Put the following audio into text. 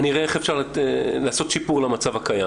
אני יודע איך אפשר לעשות שיפור למצב הקיים